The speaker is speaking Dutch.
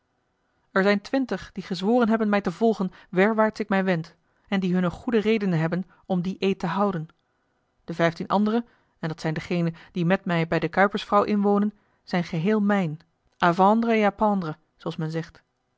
er zijn twintig die gezworen hebben mij te volgen werwaarts ik mij wend en die hunne goede redenen hebben om dien eed te houden de vijftien andere en dat zijn degenen die met mij bij de kuipersvrouw inwonen zijn geheel mijn à vendre et à pendre zooals men zegt